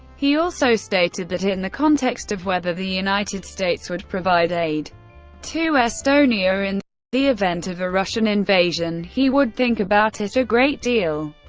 he also stated that, in the context of whether the united states would provide aid to estonia in the event of a russian invasion, he would think about it a great deal.